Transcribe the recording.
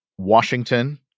Washington